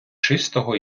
чистого